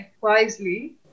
wisely